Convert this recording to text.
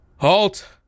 HALT